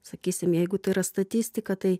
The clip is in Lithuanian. sakysim jeigu tai yra statistika tai